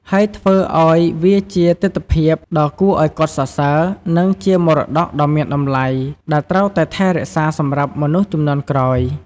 ហើយធ្វើឲ្យវាជាទិដ្ឋភាពដ៏គួរឱ្យកោតសរសើរ និងជាមរតកដ៏មានតម្លៃដែលត្រូវតែថែរក្សាសម្រាប់មនុស្សជំនាន់ក្រោយ។